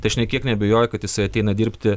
tai aš nei kiek neabejoju kad jisai ateina dirbti